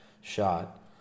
shot